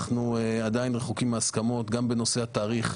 אנחנו עדיין רחוקים מהסכמות, גם בנושא התאריך.